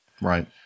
Right